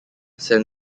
san